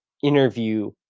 interview